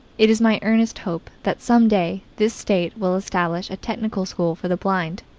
it is my earnest hope that some day this state will establish a technical school for the blind.